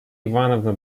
ивановна